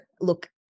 look